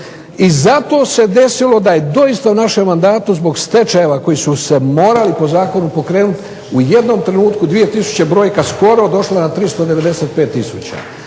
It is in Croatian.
i zato se desilo da je doista u našem mandatu zbog stečajeva koji su se morali po zakonu pokrenuti u jednom trenutku 2000. brojka skoro došla na 395 tisuća.